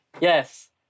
Yes